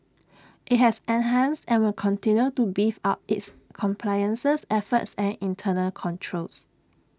IT has enhanced and will continue to beef up its compliances efforts and internal controls